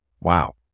Wow